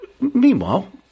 meanwhile